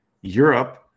europe